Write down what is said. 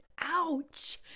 Ouch